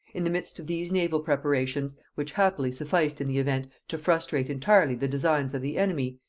in the midst of these naval preparations, which happily sufficed in the event to frustrate entirely the designs of the enemy,